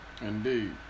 Indeed